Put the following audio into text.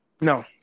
No